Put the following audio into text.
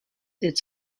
its